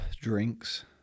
drinks